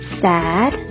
sad